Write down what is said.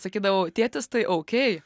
sakydavau tėtis tai oukei